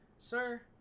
sir